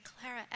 Clara